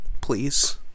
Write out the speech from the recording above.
please